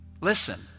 Listen